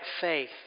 faith